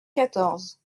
quatorze